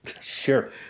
sure